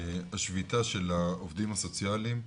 השביתה של העובדים הסוציאליים,